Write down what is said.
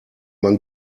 man